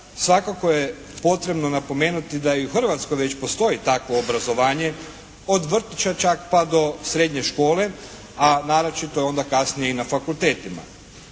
svakako je potrebno napomenuti da i u Hrvatskoj već postoji takvo obrazovanje, od vrtića čak pa do srednje škole, a naročito onda kasnije i na fakultetima.